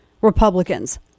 Republicans